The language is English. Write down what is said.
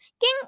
king